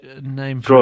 Name